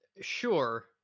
Sure